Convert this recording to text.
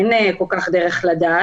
אין לנו דרך לדעת.